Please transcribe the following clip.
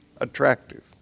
attractive